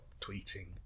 tweeting